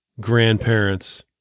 grandparents